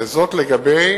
לגבי